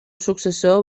successor